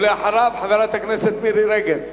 ואחריו, חברת הכנסת מירי רגב.